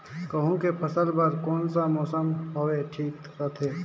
गहूं के फसल बर कौन सा मौसम हवे ठीक रथे?